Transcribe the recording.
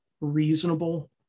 reasonable